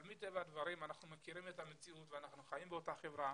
אבל מטבע הדברים - אנחנו מכירים את המציאות ואנחנו חיים באותה חברה